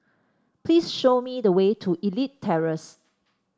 please show me the way to Elite Terrace